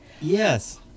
yes